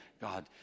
God